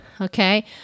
Okay